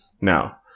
Now